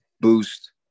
boost